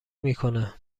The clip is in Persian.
میکنه